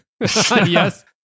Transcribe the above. Yes